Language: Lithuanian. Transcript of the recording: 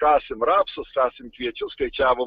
kasim rapsus kasim kviečius skaičiavom